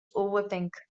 overthink